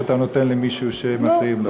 שאתה נותן למישהו שמפריעים לו.